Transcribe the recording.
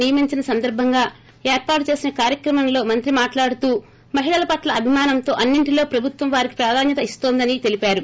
నియమించిన సందర్సంగా ఏర్పాటు చేసిన కార్యక్రమంలో మంత్రి మాట్లాడుతూ మహిళల పట్ల అభిమానంతో అన్నింటిలో ప్రభుత్వం వారికి ప్రాధాన్యత ఇస్తోందని తెలిపారు